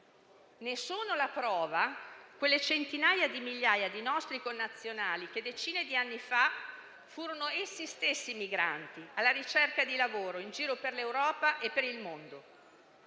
Ne sono la prova quelle centinaia di migliaia di nostri connazionali che decine di anni fa furono essi stessi migranti alla ricerca di lavoro, in giro per l'Europa e per il mondo.